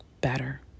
better